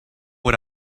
what